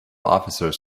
officers